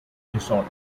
disorder